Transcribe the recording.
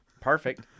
Perfect